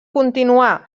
continuar